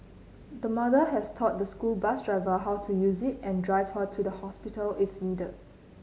the mother has taught the school bus driver how to use it and drive her to the hospital if needed